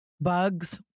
Bugs